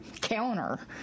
counter